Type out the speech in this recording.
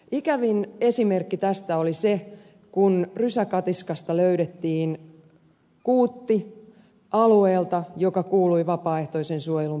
ikävin esimerkki tästä oli se kun rysäkatiskasta löydettiin kuutti alueelta joka kuului vapaaehtoisen suojelun piiriin